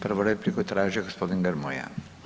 Prvu repliku je tražio gospodin Grmoja.